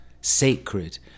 sacred